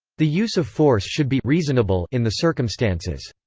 the use of force should be reasonable in the circumstances.